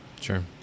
Sure